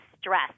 stress